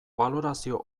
balorazio